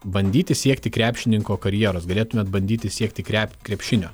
bandyti siekti krepšininko karjeros galėtumėt bandyti siekti krep krepšinio